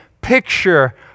picture